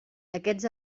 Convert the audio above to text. aquests